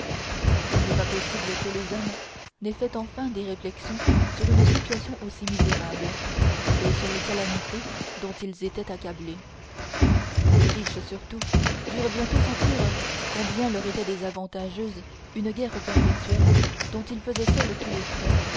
il n'est pas possible que les hommes n'aient fait enfin des réflexions sur une situation aussi misérable et sur les calamités dont ils étaient accablés les riches surtout durent bientôt sentir combien leur était désavantageuse une guerre perpétuelle dont ils faisaient seuls tous les frais